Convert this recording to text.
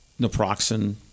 naproxen